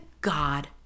God